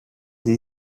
sie